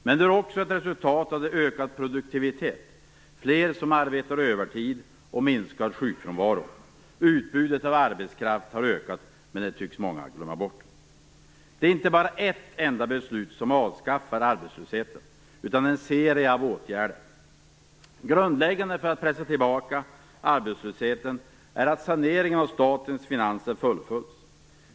Men den är också ett resultat av ökad produktivitet, fler som arbetar övertid och minskad sjukfrånvaro. Utbudet av arbetskraft har ökat, men det tycks många glömma bort. Det är inte bara ett enda beslut som avskaffar arbetslösheten, utan en serie av åtgärder. Grundläggande för att pressa tillbaka arbetslösheten är att saneringen av statens finanser fullföljs.